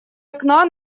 окна